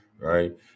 right